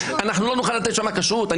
לא נוכל לתת שם כשרות,